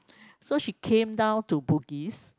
so she came down to Bugis